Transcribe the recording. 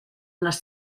les